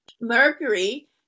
mercury